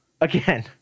again